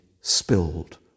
spilled